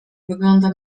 wygląda